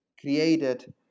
created